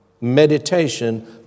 Meditation